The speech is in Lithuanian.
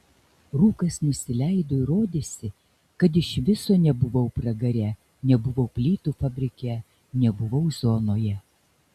rūkas nusileido ir rodėsi kad iš viso nebuvau pragare nebuvau plytų fabrike nebuvau zonoje